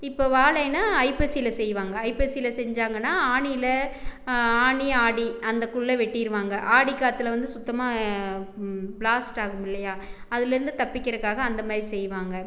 இப்போ வாழைனால் ஐப்பசியில் செய்வாங்க ஐப்பசியில் செஞ்சாங்கனால் ஆனியில் ஆனி ஆடி அந்தக்குள்ளே வெட்டிடுவாங்க ஆடிக்காத்தில் வந்து சுத்தமாக ப்ளாஸ்ட் ஆகும் இல்லையா அதிலேந்து தப்பிக்கிறதுக்காக அந்த மாதிரி செய்வாங்க